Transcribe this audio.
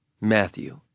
Matthew